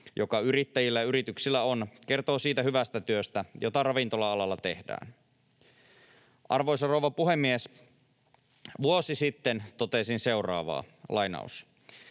joka yrittäjillä ja yrityksillä on, kertoo siitä hyvästä työstä, jota ravintola-alalla tehdään. Arvoisa rouva puhemies! Vuosi sitten totesin seuraavaa: